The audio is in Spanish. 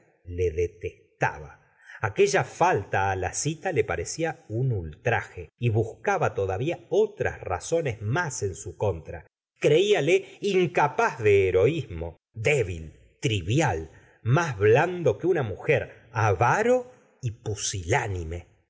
le detestaba aquella falta á la cita le parecía un ultraje y buscaba todavía otras razones más en su contra creiale incapaz de heroísmo débil trivial más blando que una mujer avaro y pusilánime